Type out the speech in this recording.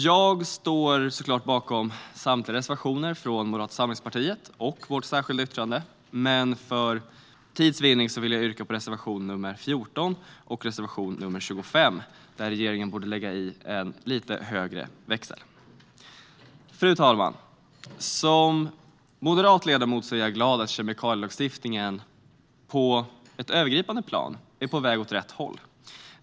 Jag står såklart bakom samtliga reservationer från Moderata samlingspartiet och vårt särskilda yttrande, men för tids vinnande yrkar jag bifall endast till reservationerna 14 och 25, där regeringen borde lägga i en lite högre växel. Fru talman! Som moderat riksdagsledamot är jag glad att kemikalielagstiftningen på ett övergripande plan är på väg åt rätt håll.